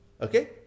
okay